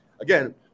Again